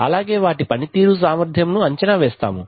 అలాగే వాటి పని తీరు సామర్ధ్యమును అంచనా వేస్తాము